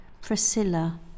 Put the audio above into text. Priscilla